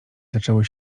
zaczęły